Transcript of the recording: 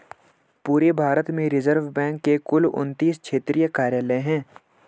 पूरे भारत में reserve bank के कुल उनत्तीस क्षेत्रीय कार्यालय हैं